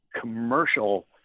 commercial